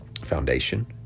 foundation